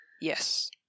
Yes